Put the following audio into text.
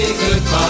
goodbye